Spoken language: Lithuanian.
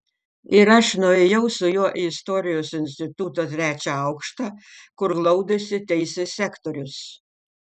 ir aš nuėjau su juo į istorijos instituto trečią aukštą kur glaudėsi teisės sektorius